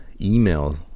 email